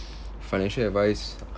financial advice